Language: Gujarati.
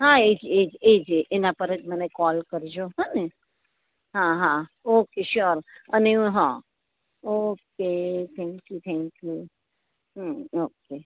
હા એજ એજ એના પર જ મને કોલ કરજો હો ને હા હા ઓકે સ્યોર અને okay thank you thank you okay